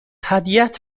هدیهات